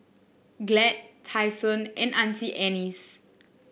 Glad Tai Sun and Auntie Anne's